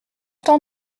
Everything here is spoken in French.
temps